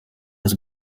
was